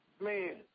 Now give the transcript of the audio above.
Man